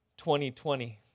2020